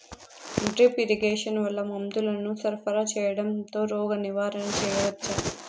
Drip irrigation వల్ల మందులను సరఫరా సేయడం తో రోగ నివారణ చేయవచ్చా?